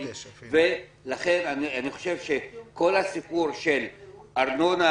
ולכן אני חושב שכל הסיפור של ארנונה